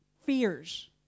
fears